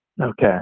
Okay